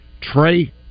Trey